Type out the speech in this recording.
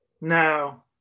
no